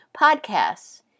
podcasts